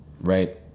right